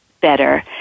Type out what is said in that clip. better